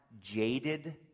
jaded